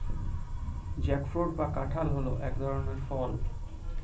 jackfruit বা কাঁঠাল হল এক ধরনের ফল